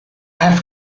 have